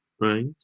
Right